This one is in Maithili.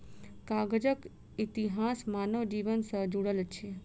कागजक इतिहास मानव जीवन सॅ जुड़ल अछि